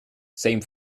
same